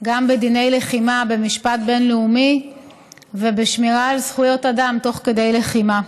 גם בדיני לחימה במשפט בין-לאומי ובשמירה על זכויות אדם תוך כדי לחימה.